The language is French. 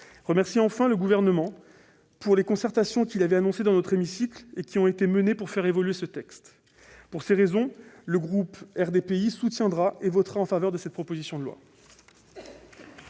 remercie enfin le Gouvernement pour les concertations qu'il avait annoncées dans notre hémicycle et qui ont été menées pour faire évoluer ce texte. Pour ces raisons, le groupe RDPI votera cette proposition de loi.